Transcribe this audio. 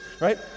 Right